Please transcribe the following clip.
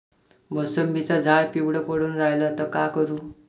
मोसंबीचं झाड पिवळं पडून रायलं त का करू?